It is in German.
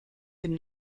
den